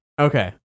okay